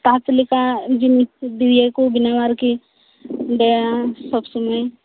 ᱛᱟᱸᱛ ᱞᱮᱠᱟ ᱡᱤᱱᱤᱥ ᱫᱤᱭᱮ ᱠᱚ ᱵᱮᱱᱟᱣᱟ ᱟᱨᱠᱤ ᱚᱸᱰᱮ ᱥᱚᱵᱽᱼᱥᱳᱢᱚᱭ ᱤᱱᱟᱹ